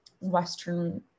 Western